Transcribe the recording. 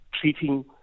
treating